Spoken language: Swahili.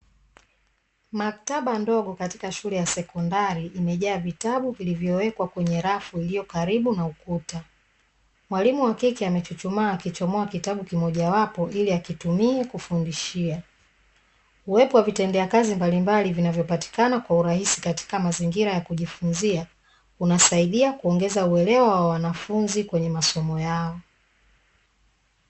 Maktaba ndogo katika shule ya sekondari imejaa vitabu vilivyowekwa kwenye rafu iliyo karibu na ukuta, mwalimu wa kike amechuchumaa akichomoa kitabu kimoja wapo ili akitumie kufundishia. Uwepo wa vitendea kazi mbalimbali vinavyopatikana kwa urahisi katika mazingira ya kujifunzia, kunasaidia uelewa wa wanafunzi kwenye masomo yao.